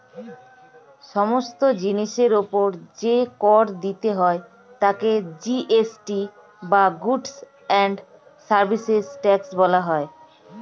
সমস্ত জিনিসের উপর যে কর দিতে হয় তাকে জি.এস.টি বা গুডস্ অ্যান্ড সার্ভিসেস ট্যাক্স বলা হয়